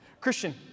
Christian